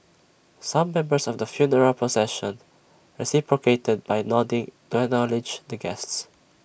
some members of the funeral procession reciprocated by nodding to acknowledge the guests